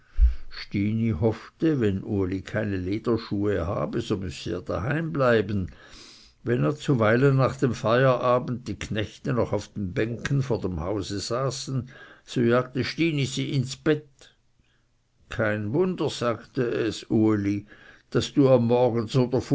stini hoffte wenn uli keine lederschuhe habe so müsse er daheim bleiben wenn zuweilen nach dem feierabend die knechte noch auf den bänken vor dem hause saßen so jagte stini sie ins bett kein wunder sagte es uli daß du am morgen